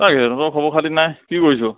তহঁতৰ খবৰ খাতি নাই কি কৰিছ